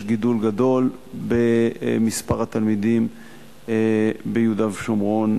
יש גידול גדול במספר התלמידים ביהודה ושומרון